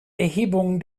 erhebungen